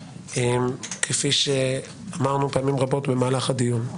כפי שאמרנו פעמים רבות במהלך הדיון,